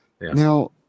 Now